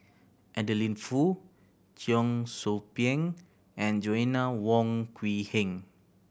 Adeline Foo Cheong Soo Pieng and Joanna Wong Quee Heng